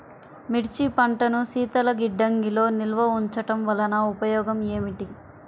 మిర్చి పంటను శీతల గిడ్డంగిలో నిల్వ ఉంచటం వలన ఉపయోగం ఏమిటి?